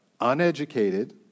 Uneducated